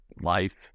life